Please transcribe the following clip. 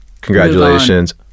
congratulations